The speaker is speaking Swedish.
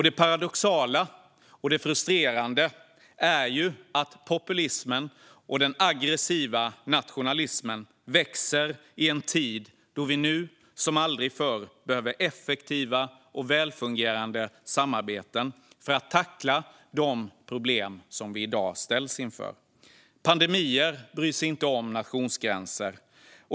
Det paradoxala, och det frustrerande, är att populismen och den aggressiva nationalismen växer i en tid när vi som aldrig förr behöver effektiva och välfungerande samarbeten för att tackla de problem som vi i dag ställs inför. Pandemier bryr sig inte om nationsgränser.